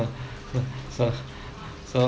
so so